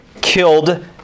killed